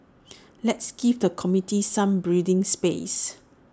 let's give the committee some breathing space